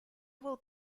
will